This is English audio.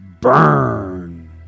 Burn